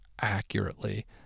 accurately